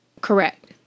Correct